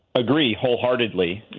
agree, wholeheartedly. you